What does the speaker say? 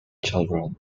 children